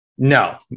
No